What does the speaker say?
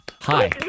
Hi